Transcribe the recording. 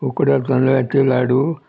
उकडे तांदळाचे लाडू